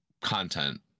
Content